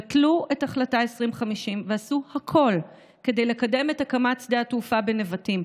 בטלו את החלטה 2050 ועשו הכול כדי לקדם את הקמת שדה התעופה בנבטים,